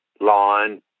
line